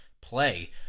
play